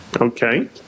okay